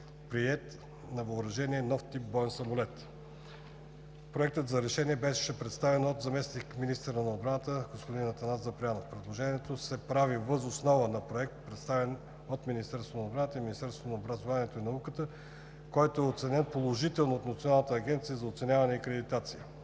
приет на въоръжение нов тип боен самолет. Проектът на решение беше представен от заместник-министъра на отбраната Атанас Запрянов. Предложението се прави въз основа на проект, представен от Министерството на отбраната и Министерството на образованието и науката, който е оценен положително от Националната агенция за оценяване и акредитация.